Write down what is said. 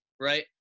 right